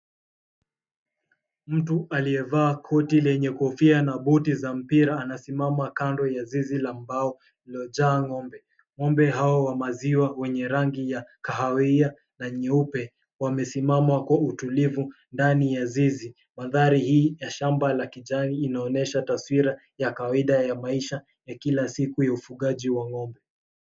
Mtu aliyevaa koti lenye kofia na buti za mpira anasimama kando ya zizi la mbao lililojaa ng'ombe. Ng'ombe hao wa maziwa wenye rangi ya kahawia na nyeupe wamesimama kwa utulivu ndani ya zizi. Mandhari hii ya shamba la kijani inaonyesha taswira ya kawaida ya maisha ya kila siku ya ufugaji wa ng'ombe.